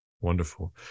Wonderful